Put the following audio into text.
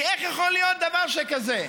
כי איך יכול להיות דבר שכזה?